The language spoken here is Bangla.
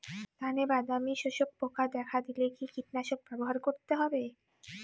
ধানে বাদামি শোষক পোকা দেখা দিলে কি কীটনাশক ব্যবহার করতে হবে?